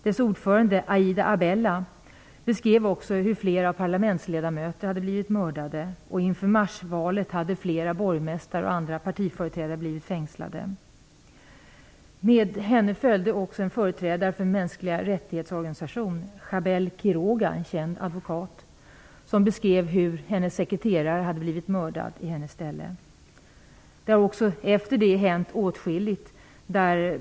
Dess ordförande, A da Abella, beskrev också hur flera parlamentsledamöter hade blivit mördade, och inför marsvalet hade flera borgmästare och andra partiföreträdare blivit fängslade. Med henne följde också en företrädare för en organisation för mänskliga rättigheter, Jabel Quiroga, en känd advokat, som beskrev hur hennes sekreterare hade blivit mördad i hennes ställe. Det har också efter detta hänt åtskilligt.